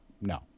No